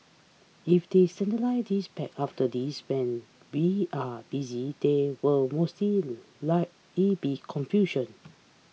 if they standardise this packs after this when we are busy there will most likely be confusion